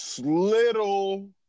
Little